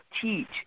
teach